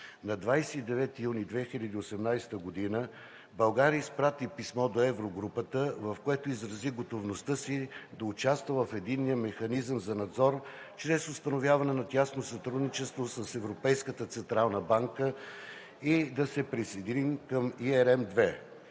На 29 юли 2018 г. България изпрати писмо до Еврогрупата, в което изрази готовността си да участва в Единния механизъм за надзор чрез установяване на тясно сътрудничество с Европейската централна банка и да се присъединим към ERM